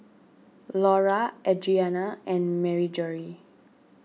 Lura Audriana and Marjorie